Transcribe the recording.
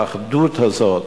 האחדות הזאת,